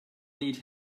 need